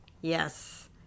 yes